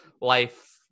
life